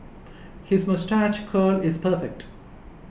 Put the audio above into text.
his moustache curl is perfect